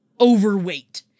overweight